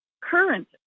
current